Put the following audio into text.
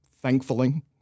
thankfully